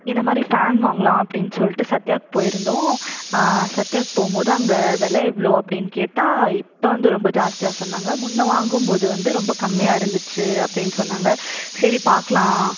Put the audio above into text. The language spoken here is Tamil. இந்த மாதிரி ஃபேன் வாங்கலாம் அப்படின்னு சொல்லிட்டு சத்யாக்கு போயிருந்தோம் சத்யாக்கு போகும்போது அங்கே வில எவ்வளோ அப்படின்னு கேட்டால் இப்போ வந்து ரொம்ப ஜாஸ்தியாக சொன்னாங்க முன்னே வாங்கும்போது வந்து ரொம்ப கம்மியாக இருந்துச்சு அப்படின்னு சொன்னாங்க சரி பார்க்கலாம்